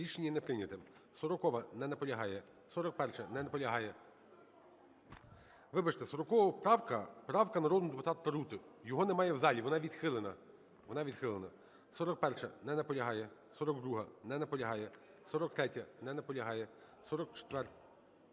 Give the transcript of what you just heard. Рішення не прийнято. 40-а, не наполягає. 41-а, не наполягає. Вибачте, 40-а правка – правка народного депутата Тарути. Його немає в залі, вона відхилена. Вона відхилена. 41-а, не наполягає. 42-а, не наполягає. 43-я,